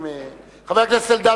חבר הכנסת אלדד,